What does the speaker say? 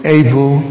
able